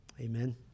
Amen